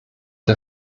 der